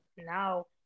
now